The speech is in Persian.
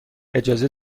اجازه